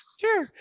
Sure